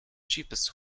cheapest